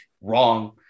wrong